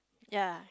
ya